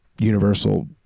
Universal